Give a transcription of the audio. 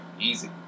easy